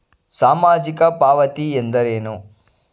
ಸಾಮಾಜಿಕ ಪಾವತಿ ಎಂದರೇನು?